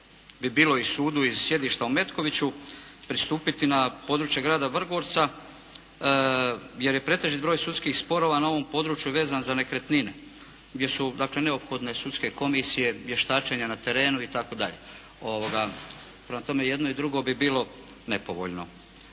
bi bilo i sudu iz sjedišta u Metkoviću pristupiti na područje grada Vrgorca jer je pretežit broj sudskih sporova na ovom području vezan za nekretnine gdje su dakle neophodne sudske komisije, vještačenja na terenu itd. Prema tome i jedno i drugo bi bilo nepovoljno.